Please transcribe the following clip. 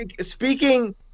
speaking